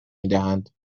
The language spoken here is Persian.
میدهند